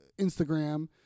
Instagram